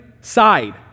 side